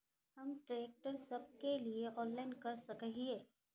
हम ट्रैक्टर सब के लिए ऑनलाइन कर सके हिये?